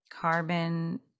carbon